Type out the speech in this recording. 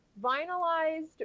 vinylized